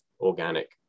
organic